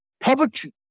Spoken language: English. Public